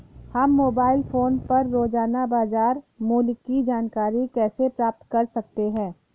हम mobile phone पर रोजाना बाजार मूल्य की जानकारी कैसे प्राप्त कर सकते हैं?